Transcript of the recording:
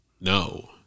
No